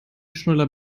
schnuller